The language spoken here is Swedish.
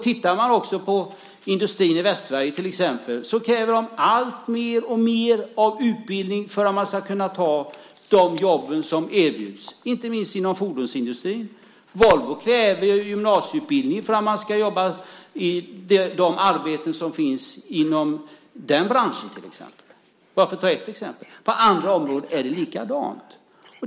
Tittar vi på industrin i Västsverige till exempel ser vi att de kräver mer och mer av utbildning för att man ska kunna ta de jobb som erbjuds, inte minst inom fordonsindustrin. Volvo kräver gymnasieutbildning för att man ska jobba i de arbeten som finns inom den branschen, för att ta ett exempel. På andra områden är det likadant.